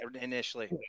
initially